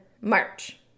march